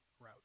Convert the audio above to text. route